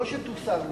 לא שתוסר מסדר-היום.